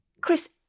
Chris